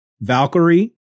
Valkyrie